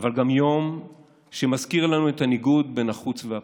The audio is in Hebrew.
אבל גם יום שמזכיר לנו את הניגוד שבין החוץ והפנים,